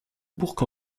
bourg